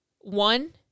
one